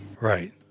Right